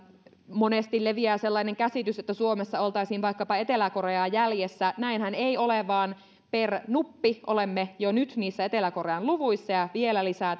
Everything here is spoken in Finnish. monesti leviää sellainen käsitys että suomessa oltaisiin vaikkapa etelä koreaa jäljessä näinhän ei ole vaan per nuppi olemme jo nyt niissä etelä korean luvuissa ja testaamista kasvatetaan vielä lisää